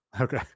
Okay